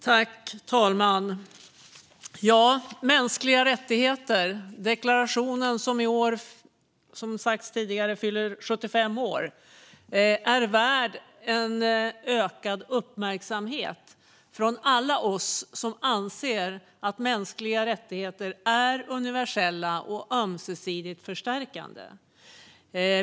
Herr talman! Deklarationen om mänskliga rättigheter, vilken som sagts tidigare nu fyller 75 år, är värd en ökad uppmärksamhet från alla oss som anser att mänskliga rättigheter är universella och ömsesidigt förstärkande.